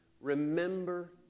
remember